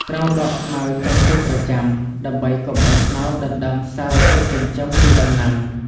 ត្រូវដកស្មៅចេញជាប្រចាំ ដើម្បីកុំឲ្យស្មៅដណ្តើមសារធាតុចិញ្ចឹមពីដំណាំ។